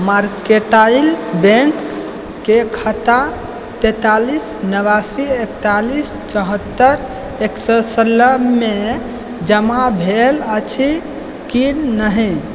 mercantile बैंकके खाता तैँतालिस नवासी एकतालीस चौहत्तरि एक सए सोलहमे जमा भेल अछि कि नहि